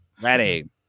ready